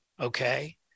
okay